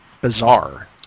bizarre